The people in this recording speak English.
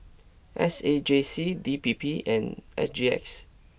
S A J C D P P and S G X